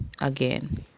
again